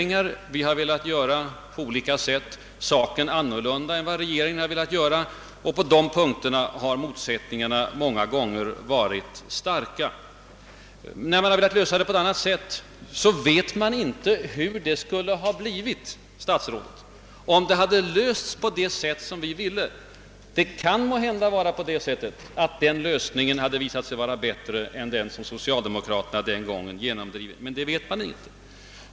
Om vi inom högern har velat förverkliga en tanke på ett något annat sätt än regeringen, har detta emellertid fått stora proportioner i debatten. Vi vet emellertid i dag inte hur förhållandena skulle ha tett sig, om frågorna lösts på det sätt vi önskade. Det kan måhända vara så, att vår lösning skulle ha visat sig vara bättre än den som socialdemokratin genomdrev.